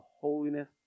holiness